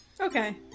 Okay